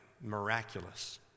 miraculous